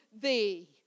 thee